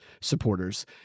supporters